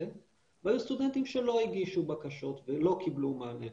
והיו סטודנטים שלא הגישו בקשות ולא קיבלו מענה.